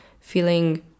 feeling